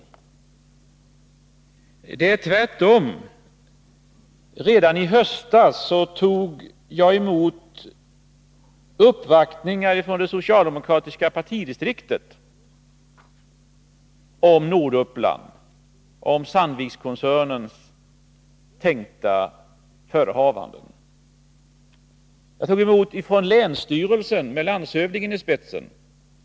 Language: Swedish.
Tvärtom — redan i höstas tog jag emot uppvaktningar från det socialdemokratiska partidistriktet i Norduppland om Sandvikskoncernens tänkta förehavanden. Jag tog emot en uppvaktning från länsstyrelsen med landshövdingen i spetsen.